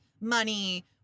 money